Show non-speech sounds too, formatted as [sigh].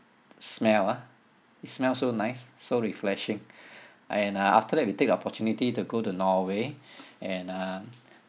smell uh it smell so nice so refreshing [breath] and uh after that we take opportunity to go to norway [breath] and um